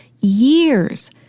years